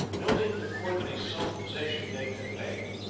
noting the courtly self-possession they convey.